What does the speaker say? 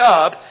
up